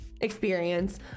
experience